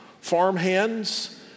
farmhands